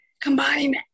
combine